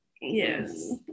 yes